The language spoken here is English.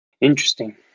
Interesting